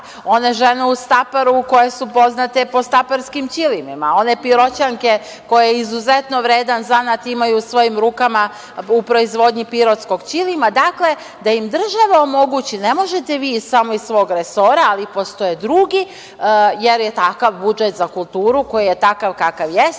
one žene u Staparu koje su poznate po staparskim ćilimima, one Piroćanke koje izuzetno vredan zanat imaju u svojim rukama u proizvodnji pirotskog ćilima, dakle, da im država omogući. Ne možete vi samo iz svog resora, ali postoje drugi, jer je takav budžet za kulturu, koji je takav kakav jeste,